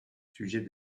sujet